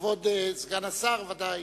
כבוד סגן השר ודאי,